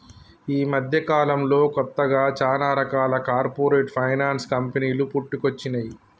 యీ మద్దెకాలంలో కొత్తగా చానా రకాల కార్పొరేట్ ఫైనాన్స్ కంపెనీలు పుట్టుకొచ్చినై